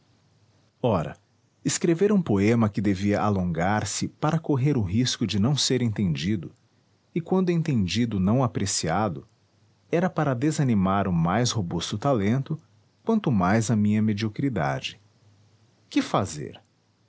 escrever um poema que devia alongar se para correr o risco de não ser entendido e quando entendido não apreciado era para desanimar o mais robusto talento quanto mais a minha mediocridade que fazer